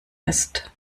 ist